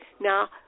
Now